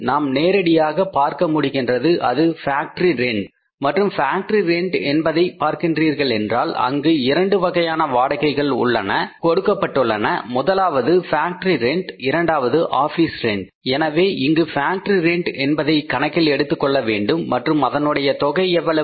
நாம் நேரடியாக பார்க்க முடிகின்றது அது ஃபேக்டரி ரெண்ட் மற்றும் ஃபேக்டரி ரெண்ட் என்பதை பார்க்கின்றீர்கள் என்றால் அங்கு இரண்டு வகையான வாடகைகள் கொடுக்கப் பட்டுள்ளன முதலாவது ஃபேக்டரி ரெண்ட் இரண்டாவது ஆபீஸ் ரெண்ட் எனவே இங்கு ஃபேக்டரி ரெண்ட் என்பதை கணக்கில் எடுத்துக்கொள்ள வேண்டும் மற்றும் அதனுடைய தொகை எவ்வளவு